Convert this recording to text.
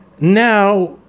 now